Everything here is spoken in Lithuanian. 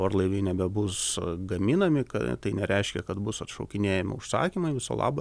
orlaiviai nebebus gaminami kad tai nereiškia kad bus atšaukinėjami užsakymai viso labo